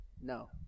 No